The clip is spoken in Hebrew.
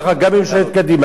גם ממשלת קדימה,